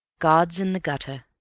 gods in the gutter